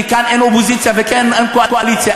כי כאן אין אופוזיציה ואין קואליציה,